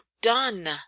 done